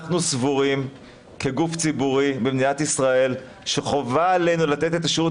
אנחנו סבורים כגוף ציבורי במדינת ישראל שחובה עלינו לתת את השירות